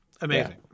amazing